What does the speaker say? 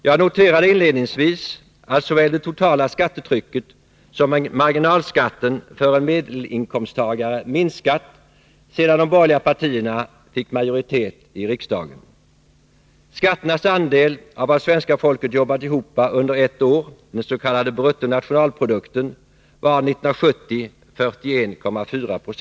Jag noterade inledningsvis att såväl det totala skattetrycket som marginalskatten för en medelinkomsttagare minskat sedan de borgerliga partierna fick majoritet i riksdagen. Skatternas andel av vad svenska folket jobbat ihop under ett år, den s.k. bruttonationalprodukten, var 41,4 90 år 1970.